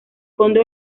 conde